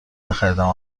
نخریدم